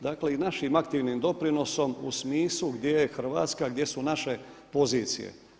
Dakle i našim aktivnim doprinosom u smislu gdje je Hrvatska, gdje su naše pozicije.